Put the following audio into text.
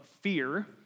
fear